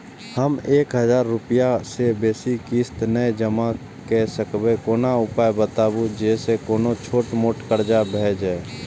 हम एक हजार रूपया से बेसी किस्त नय जमा के सकबे कोनो उपाय बताबु जै से कोनो छोट मोट कर्जा भे जै?